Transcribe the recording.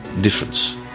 difference